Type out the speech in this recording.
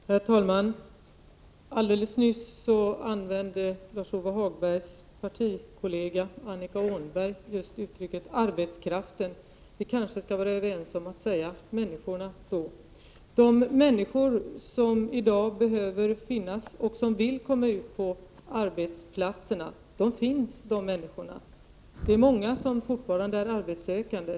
Herr talman! Alldeles nyss använde Lars-Ove Hagbergs partikollega Annika Åhnberg just uttrycket arbetskraften. Vi kanske skall vara överens om att i stället säga människorna. De människor som i dag behövs och som vill komma ut på arbetsplatserna, de människorna finns. Det är många som fortfarande är arbetssökande.